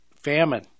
famine